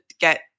get